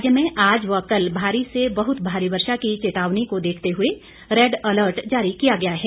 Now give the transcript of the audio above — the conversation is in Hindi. राज्य में आज व कल भारी से बहुत भारी वर्षा की चेतावनी को देखते हुए रैड अलर्ट जारी किया गया है